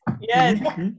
Yes